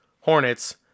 Hornets